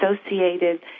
associated